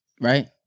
Right